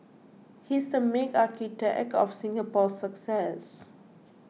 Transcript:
he's the main architect of Singapore's success